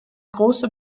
große